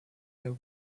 her